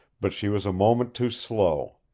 but she was a moment too slow.